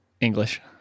English